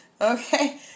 Okay